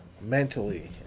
mentally